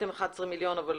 גביתם בטעות 11 מיליון, אבל